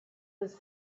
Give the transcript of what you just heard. was